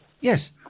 Yes